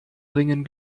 bringen